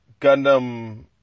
Gundam